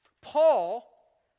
Paul